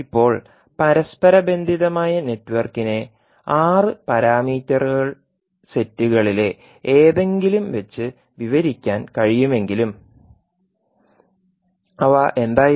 ഇപ്പോൾ പരസ്പരബന്ധിതമായ നെറ്റ്വർക്കിനെ 6 പാരാമീറ്റർ സെറ്റുകളിലെ ഏതെങ്കിലും വച്ച് വിവരിക്കാൻ കഴിയുമെങ്കിലും അവ എന്തായിരുന്നു